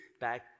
back